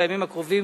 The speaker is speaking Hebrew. בימים הקרובים,